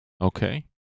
okay